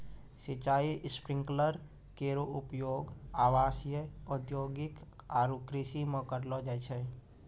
सिंचाई स्प्रिंकलर केरो उपयोग आवासीय, औद्योगिक आरु कृषि म करलो जाय छै